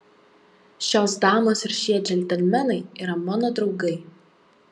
šios damos ir šie džentelmenai yra mano draugai